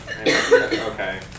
Okay